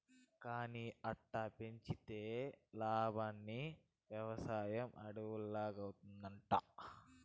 కానీ అట్టా పెంచితే లాబ్మని, వెవసాయం అడవుల్లాగౌతాయంట